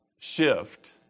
shift